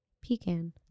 pecan